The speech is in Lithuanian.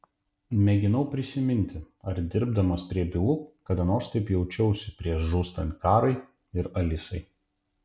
mėginau prisiminti ar dirbdamas prie bylų kada nors taip jaučiausi prieš žūstant karai ir alisai